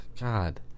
God